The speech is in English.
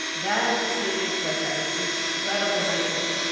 that seems like an incredible nightmare.